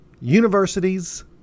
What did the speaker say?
Universities